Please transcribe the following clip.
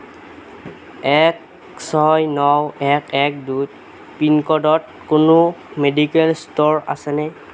এক ছয় ন এক এক দুই পিনক'ডত কোনো মেডিকেল ষ্ট'ৰ আছেনে